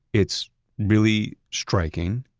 it's really striking.